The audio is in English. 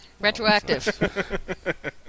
Retroactive